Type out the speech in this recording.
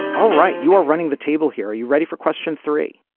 all right, you are running the table here, are you ready for question three?